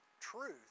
truth